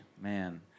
man